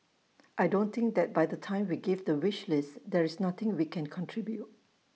I don't think that by the time we give the wish list there is nothing we can contribute